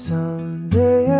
Someday